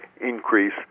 increase